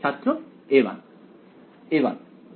ছাত্র a1